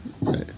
Right